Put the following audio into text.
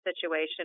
situation